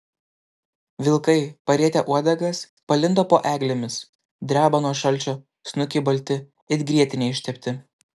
vilkai parietę uodegas palindo po eglėmis dreba nuo šalčio snukiai balti it grietine ištepti